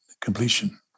completion